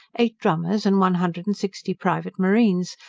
eight drummers, and one hundred and sixty private marines,